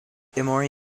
emory